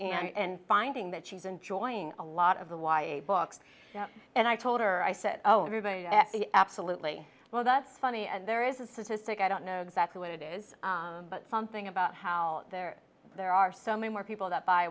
and finding that she's enjoying a lot of the y e books and i told her i said oh everybody absolutely well that's funny and there is a statistic i don't know exactly what it is but something about how there there are so many more people that b